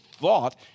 thought